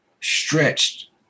stretched